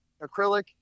acrylic